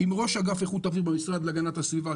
עם ראש אגף איכות אוויר במשרד להגנת הסביבה,